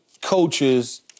coaches